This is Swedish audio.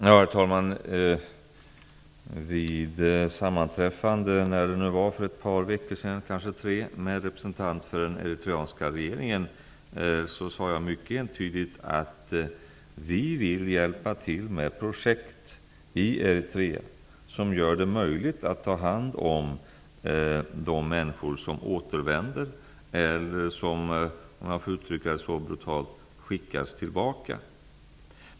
Herr talman! Vid ett sammanträffande för ett par tre veckor sedan med en representant för den eritreanska regeringen sade jag mycket entydigt att vi vill hjälpa till med projekt i Eritrea, som gör det möjligt att ta hand om de människor som återvänder eller som -- om jag får uttrycka det så brutalt -- skickas tillbaka.